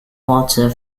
water